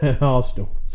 Arsenal